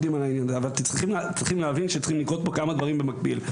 אבל אתם צריכים להבין שצריכים לקרות פה כמה דברים במקביל.